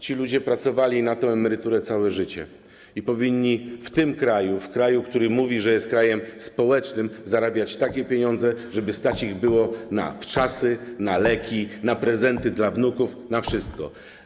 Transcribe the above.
Ci ludzie pracowali na tę emeryturę całe życie i powinni w tym kraju, w kraju, który mówi, że jest krajem społecznym, zarabiać takie pieniądze, żeby ich było stać na wczasy, na leki, na prezenty dla wnuków, na wszystko.